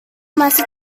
masih